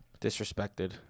Disrespected